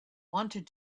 wanted